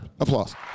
applause